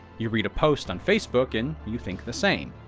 you read a post on facebook, and you think the same.